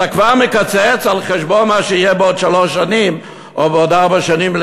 אתה כבר מקצץ על חשבון מה שיהיה בעוד שלוש שנים או בעוד ארבע שנים,